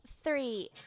three